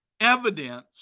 Evidence